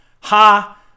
Ha